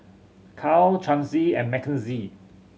Cal Chauncey and Makenzie